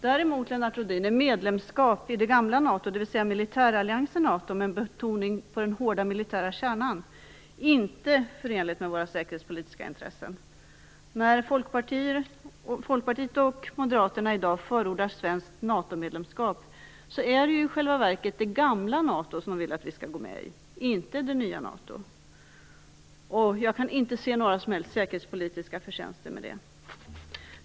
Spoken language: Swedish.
Däremot, Lennart Rohdin, är medlemskap i det gamla NATO, dvs. militäralliansen NATO, med betoning på den hårda militära kärnan, inte förenligt med våra säkerhetspolitiska intressen. När Folkpartiet och Moderaterna i dag förordar svenskt NATO medlemskap är det i själva verket det gamla NATO man vill att vi skall gå med i, inte det nya NATO. Jag kan inte se några som helst säkerhetspolitiska förtjänster med det.